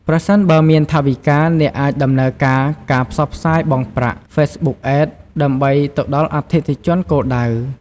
ប្រសិនបើមានថវិកា អ្នកអាចដំណើរការការផ្សព្វផ្សាយបង់ប្រាក់ ហ្វេសបុកអេដ ដើម្បីទៅដល់អតិថិជនគោលដៅ។